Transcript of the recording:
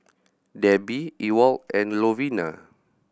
Debby Ewald and Lovina